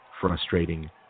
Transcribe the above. frustrating